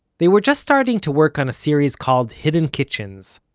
they were just starting to work on a series called hidden kitchens,